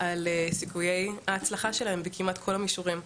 על סיכויי ההצלחה שלהם כמעט בכל המישורים.